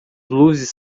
luzes